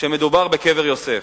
כשמדובר בקבר יוסף,